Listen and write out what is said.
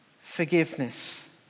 forgiveness